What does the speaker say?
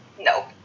Nope